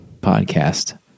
podcast